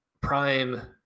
prime